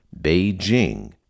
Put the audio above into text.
Beijing